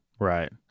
Right